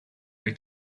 way